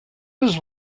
was